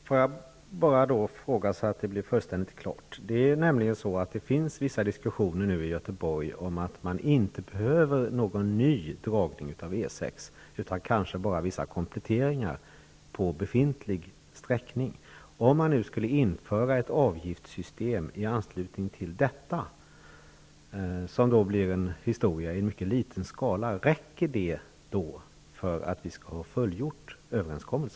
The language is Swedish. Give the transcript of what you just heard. Fru talman! Jag vill ställa en fråga så att det hela blir fullständigt klart. Det finns vissa diskussioner i Göteborg om att det inte behövs någon ny dragning av E 6 utan kanske bara vissa kompletteringar på befintlig sträckning. som blir en ombyggnad i liten skala -- räcker det för att överenskommelsen skall ha fullgjorts?